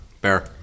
Bear